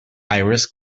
iris